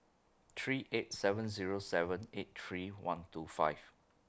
three eight seven Zero seven eight three one two five